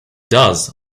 does